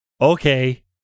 okay